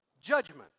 Judgment